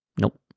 nope